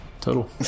total